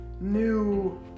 new